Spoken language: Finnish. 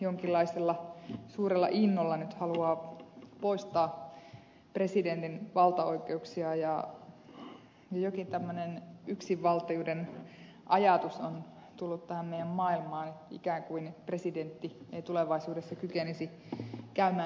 jonkinlaisella suurella innolla nyt haluaa poistaa presidentin valtaoikeuksia ja jokin tämmöinen yksinvaltiuden ajatus on tullut tähän meidän maailmaamme ikään kuin presidentti ei tulevaisuudessa kykenisi käymään keskustelua eduskunnan ja hallituksen kanssa